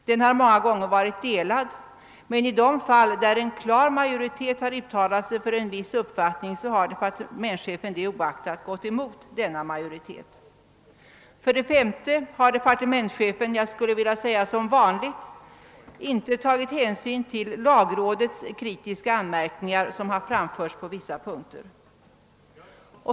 Den har många gånger varit delad, men i de fall där en klar majoritet har uttalat sig för en viss uppfattning har departementschefen det "oaktat gått emot majoriteten. För det femte har departementschefen — jag skulle vilja säga som vanligt — inte beaktat de kritiska anmärkningar som lagrådet framfört på vissa punkter.